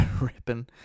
Ripping